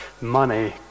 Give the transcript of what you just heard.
money